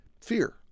Fear